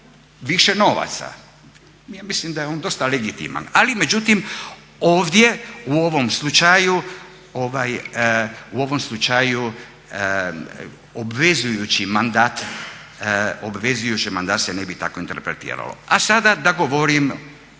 više novaca. Ja mislim da je on dosta legitiman ali međutim ovdje u ovom slučaju obvezujući mandat se ne bi tako interpretiralo. A sada da govorim,